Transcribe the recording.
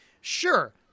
Sure